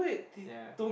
ya